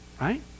Right